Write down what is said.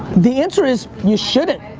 the answer is you shouldn't.